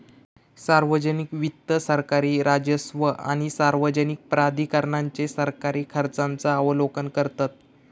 सार्वजनिक वित्त सरकारी राजस्व आणि सार्वजनिक प्राधिकरणांचे सरकारी खर्चांचा आलोकन करतत